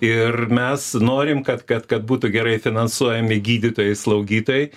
ir mes norim kad kad kad būtų gerai finansuojami gydytojai slaugytojai